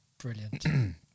Brilliant